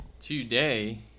Today